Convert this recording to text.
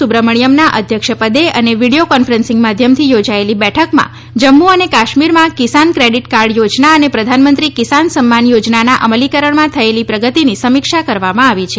સુબ્રમાસ્થમના અધ્યક્ષપદે અને video conferencing માધ્યમથી યોજાયેલી બેઠકમાં જમ્મુ અને કાશ્મીરમાં કિસાન ક્રેડિટ કાર્ડ યોજના અને પ્રધાનમંત્રી કિસાન સન્માન યોજનાના અમલીકરણમાં થયેલી પ્રગતિની સમીક્ષા કરવામાં આવી છે